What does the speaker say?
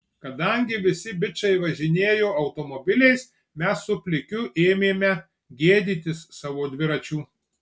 kadangi visi bičai važinėjo automobiliais mes su plikiu ėmėme gėdytis savo dviračių